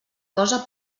cosa